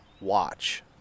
watch